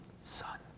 Son